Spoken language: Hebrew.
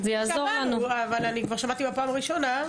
אמרתי כבר בפעם הראשונה.